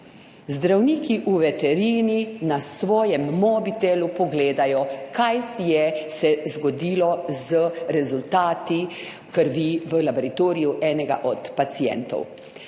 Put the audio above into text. zdravniki v veterini na svojem mobitelu pogledajo, kaj se je zgodilo z rezultati krvi v laboratoriju enega od pacientov.